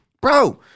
Bro